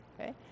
Okay